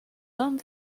done